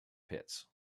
pits